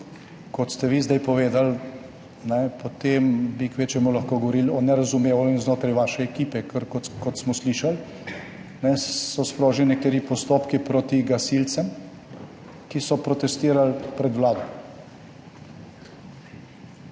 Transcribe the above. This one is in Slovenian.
kot ste vi zdaj povedali, potem bi kvečjemu lahko govorili o nerazumevanju znotraj vaše ekipe, ker kot smo slišali, so sproženi nekateri postopki proti gasilcem, ki so protestirali pred Vlado.